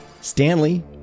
Stanley